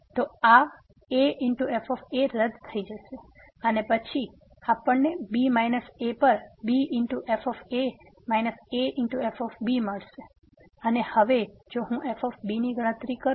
તો આ af રદ થઈ જશે અને પછી આપણને b a પર bf a af b મળશે અને હવે જો હું f ની ગણતરી કરું